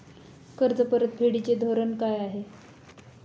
कर्ज परतफेडीचे धोरण काय आहे?